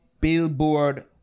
Billboard